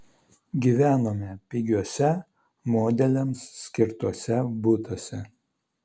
gyvenome pigiuose modeliams skirtuose butuose